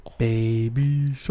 Baby